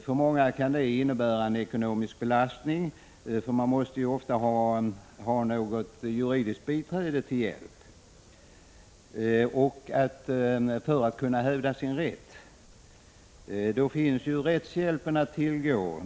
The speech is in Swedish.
För många kan det innebära en ekonomisk belastning, för man måste ofta ha juridiskt biträde till hjälp för att hävda sin rätt. Då finns rättshjälpen att tillgå.